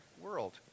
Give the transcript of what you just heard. world